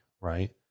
right